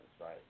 right